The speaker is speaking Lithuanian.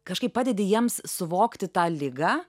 kažkaip padedi jiems suvokti tą ligą